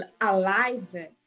alive